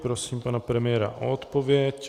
Prosím pana premiéra o odpověď.